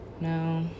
No